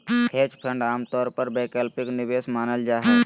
hedge fund आमतौर पर वैकल्पिक निवेश मानल जा हय